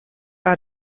war